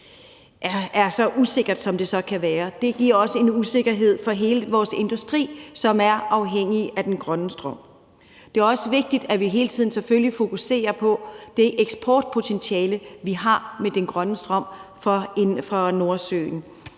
er så usikker, som den så kan være. Det giver også en usikkerhed for hele vores industri, som er afhængig af den grønne strøm. Det er selvfølgelig også vigtigt, at vi hele tiden fokuserer på det eksportpotentiale, vi har med den grønne strøm fra Nordsøen,